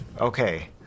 Okay